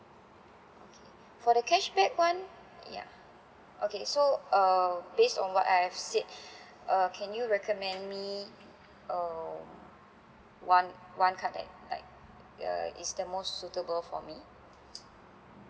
okay for the cashback one ya okay so um based on what I have said uh can you recommend me uh one one card that like the is the most suitable for me